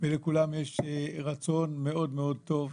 ולכולם יש רצון מאוד מאוד טוב.